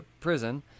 prison